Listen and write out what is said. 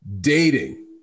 dating